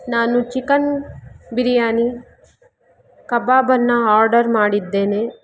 ನಾನು ಚಿಕನ್ ಬಿರಿಯಾನಿ ಕಬಾಬನ್ನು ಆರ್ಡರ್ ಮಾಡಿದ್ದೇನೆ